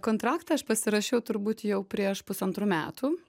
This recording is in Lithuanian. kontraktą aš pasirašiau turbūt jau prieš pusantrų metų